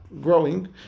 growing